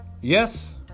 Yes